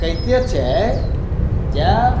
कहिते छै जे